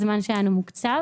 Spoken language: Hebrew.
הזמן שלנו מוקצב